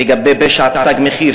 לגבי פשע "תג מחיר".